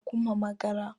kumpamagara